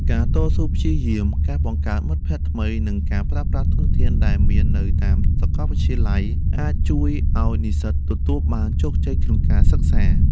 ការតស៊ូព្យាយាម ការបង្កើតមិត្តភក្តិថ្មី និងការប្រើប្រាស់ធនធានដែលមាននៅតាមសាកលវិទ្យាល័យ អាចជួយឲ្យនិស្សិតទទួលបានជោគជ័យក្នុងការសិក្សា។